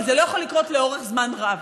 אבל זה לא יכול לקרות לאורך זמן רב,